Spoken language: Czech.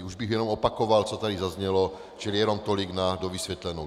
Už bych jenom opakoval, co tady zaznělo, čili jenom tolik na dovysvětlenou.